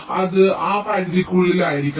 അതിനാൽ അത് ആ പരിധിക്കുള്ളിലായിരിക്കണം